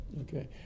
Okay